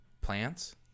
plants